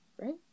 right